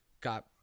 got